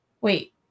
wait